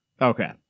Okay